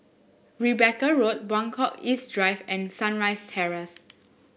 Rebecca Road Buangkok East Drive and Sunrise Terrace